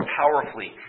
powerfully